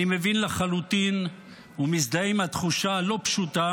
אני מבין לחלוטין ומזדהה עם התחושה הלא-פשוטה